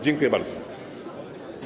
Dziękuję bardzo.